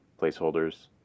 placeholders